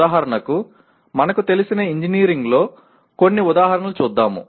ఉదాహరణకు మనకు తెలిసిన ఇంజనీరింగ్లో కొన్ని ఉదాహరణలు చూద్దాం